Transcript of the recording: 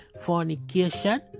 fornication